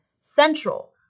Central